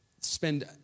spend